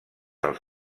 els